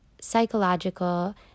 psychological